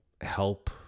help